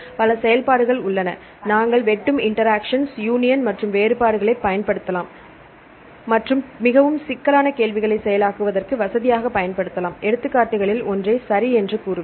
பல செயல்பாடுகள் உள்ளன நாங்கள் வெட்டும் இன்டெர்செக்ஷன் யூனியன் மற்றும் வேறுபாடுகளை பயன்படுத்தலாம் மற்றும் மிகவும் சிக்கலான கேள்விகளை செயலாக்குவதற்கு வசதியாக பயன்படுத்தலாம் எடுத்துக்காட்டுகளில் ஒன்றை சரி என்று கூறுவேன்